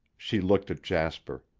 she looked at jasper.